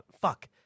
fuck